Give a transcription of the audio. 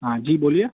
હા જી બોલીયે